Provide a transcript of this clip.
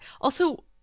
Also-